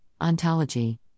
ontology